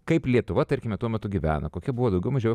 kaip lietuva tarkime tuo metu gyveno kokia buvo daugiau mažiau